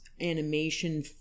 animation